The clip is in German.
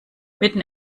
mitten